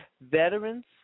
Veterans